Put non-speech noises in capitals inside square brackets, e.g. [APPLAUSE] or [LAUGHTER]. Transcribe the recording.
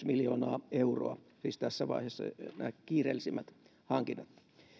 [UNINTELLIGIBLE] miljoonaa euroa siis tässä vaiheessa nämä kiireellisimmät hankinnat